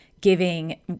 giving